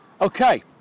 okay